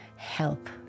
help